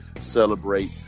celebrate